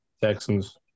Texans